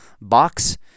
box